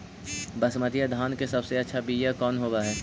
बसमतिया धान के सबसे अच्छा बीया कौन हौब हैं?